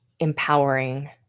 empowering